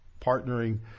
partnering